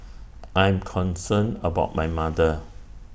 I am concerned about my mother